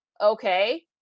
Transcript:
okay